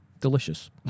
Delicious